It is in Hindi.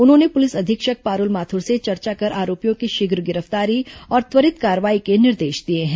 उन्होंने पुलिस अधीक्षक पारूल माथुर से चर्चा कर आरोपियों की शीघ्र गिर फ्तारी और त्वरित कार्रवाई के निर्देश दिए हैं